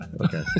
okay